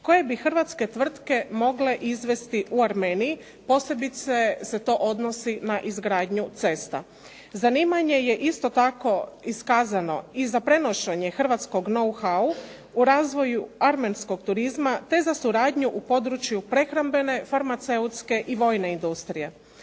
koje bi hrvatske tvrtke mogle izvesti u Armeniji, posebice se to odnosi na izgradnju cesta. Zanimanje je isto tako iskazano i za prenošenje hrvatskog …/Govornica se ne razumije./… u razvoju armenskog turizma, te za suradnju u području prehrambene, farmaceutske i vojne industrije.